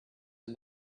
and